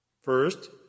First